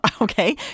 okay